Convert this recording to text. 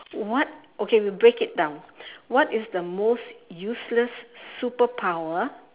what okay we break it down what is the most useless superpower